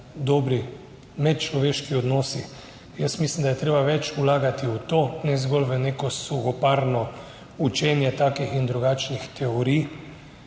medčloveški odnosi. Jaz mislim, da je treba več vlagati v to, ne zgolj v neko suhoparno učenje takih in drugačnih teorij,